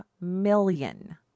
million